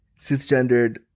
cisgendered